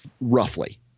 roughly